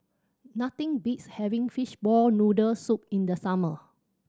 nothing beats having fishball noodle soup in the summer